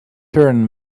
and